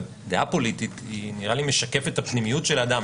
אבל דעה פוליטית נראה לי משקפת את הפנימיות של האדם,